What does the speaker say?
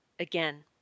Again